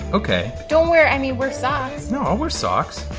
ok don't wear i mean, wear socks no, i'll wear socks